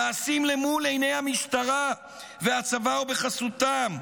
נעשים למול עיני המשטרה והצבא ובחסותם.